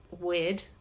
weird